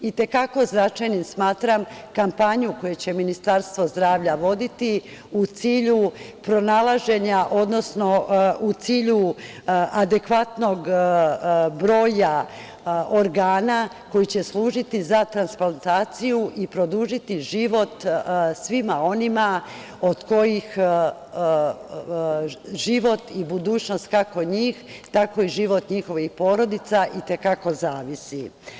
I te kako značajnim smatram kampanju koji ću Ministarstvo zdravlja voditi u cilju pronalaženja, odnosno u cilju adekvatnog broja organa koji će služiti za transplantaciju i produžiti život svima onima od kojih život i budućnost kako njih, tako i život njihovih porodica i te kako zavisi.